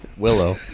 Willow